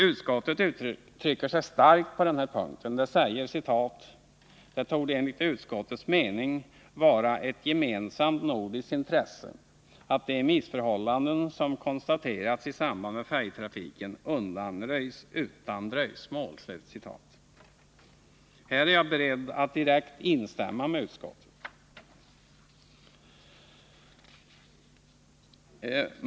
Utskottet uttrycker sig starkt på denna punkt: ”Det torde enligt utskottets mening vara ett gemensamt nordiskt intresse att de missförhållanden som konstaterats i samband med färjetrafiken undanröjs utan dröjsmål.” Här är jag beredd att direkt instämma med utskottet.